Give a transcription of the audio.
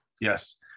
Yes